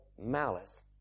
Malice